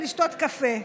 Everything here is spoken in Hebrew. להגדיר את ראש הממשלה,